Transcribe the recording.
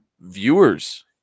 viewers